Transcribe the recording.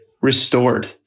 restored